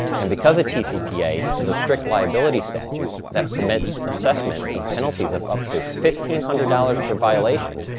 and because the tcpa is a strict liability statute that permits assessment of penalties of up to fifteen hundred dollars per violation,